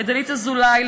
לדלית אזולאי,